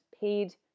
paid